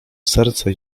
serce